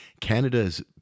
Canada's